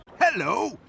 Hello